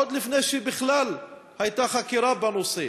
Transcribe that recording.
עוד לפני שבכלל הייתה חקירה בנושא?